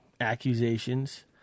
accusations